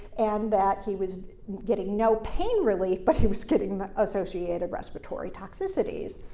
and that he was getting no pain relief but he was getting associated respiratory toxicities.